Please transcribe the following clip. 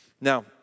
Now